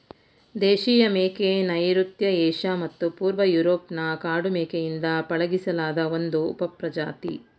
ದೇಶೀಯ ಮೇಕೆ ನೈಋತ್ಯ ಏಷ್ಯಾ ಮತ್ತು ಪೂರ್ವ ಯೂರೋಪ್ನ ಕಾಡು ಮೇಕೆಯಿಂದ ಪಳಗಿಸಿಲಾದ ಒಂದು ಉಪಪ್ರಜಾತಿ